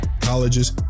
colleges